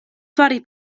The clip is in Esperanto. fari